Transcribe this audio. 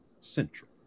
central